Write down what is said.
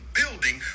building